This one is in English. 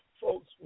folks